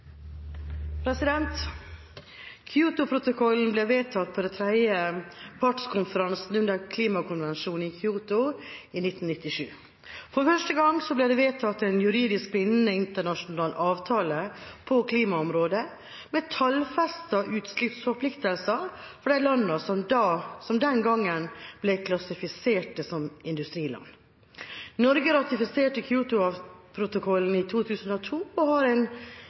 ble vedtatt på den tredje partskonferansen under Klimakonvensjonen i Kyoto i 1997. For første gang ble det vedtatt en juridisk bindende internasjonal avtale på klimaområdet, med tallfestede utslippsforpliktelser for de landene som den gang ble klassifisert som industriland. Norge ratifiserte Kyotoprotokollen i 2002 og har en